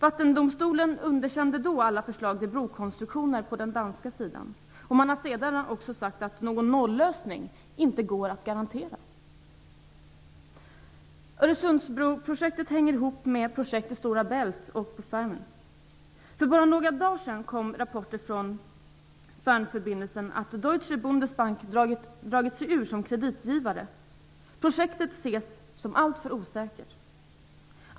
Vattendomstolen underkände då alla förslag till brokonstruktioner på den danska sidan, och man har sedan också sagt att någon nollösning inte går att garantera. Öresundsbroprojektet hänger ihop med projekt i Stora Bält och på Fehmarn. För bara några dagar sedan kom rapporter från Fehmarnförbindelsen att projektet ses som alltför osäkert.